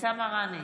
אבתיסאם מראענה,